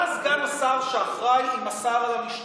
אתה סגן השר שאחראי למשטרה,